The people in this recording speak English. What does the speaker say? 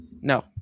No